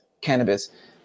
cannabis